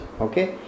Okay